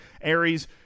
aries